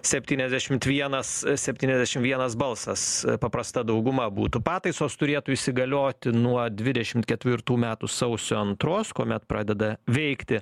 septyniasdešimt vienas septyniasdešim vienas balsas paprasta dauguma būtų pataisos turėtų įsigalioti nuo dvidešimt ketvirtų metų sausio antros kuomet pradeda veikti